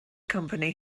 company